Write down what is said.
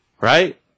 Right